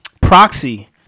proxy